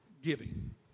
Giving